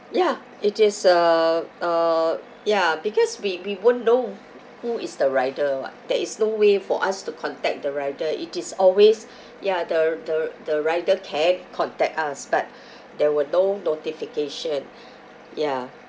ya it is uh uh ya because we we won't know who is the rider [what] there is no way for us to contact the rider it is always ya the the the rider can contact us but there were no notification ya